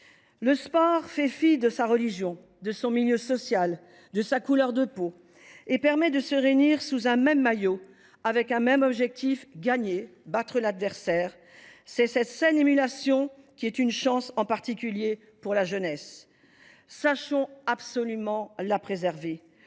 Le sport fait fi de la religion, du milieu social, de la couleur de peau et permet de se réunir sous un même maillot, avec un même objectif : gagner, battre l’adversaire. Cette saine émulation est une chance, en particulier pour la jeunesse. Sachons absolument la préserver,